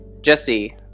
Jesse